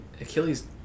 Achilles